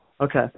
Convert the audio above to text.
Okay